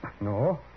No